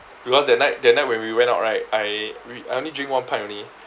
because that night that night when we went out right I we I only drink one pint only